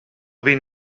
been